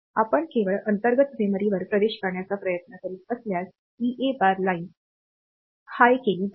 आपण केवळ अंतर्गत मेमरीवर प्रवेश करण्याचा प्रयत्न करीत असल्यास ईए बार लाइन अधिक केली जाईल